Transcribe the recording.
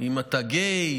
אם אתה גיי,